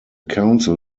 council